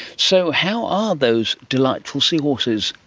so, how are those delightful seahorses,